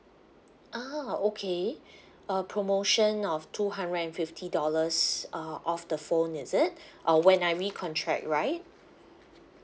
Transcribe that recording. ah okay uh promotion of two hundred and fifty dollars uh off the phone is it uh when I re-contract right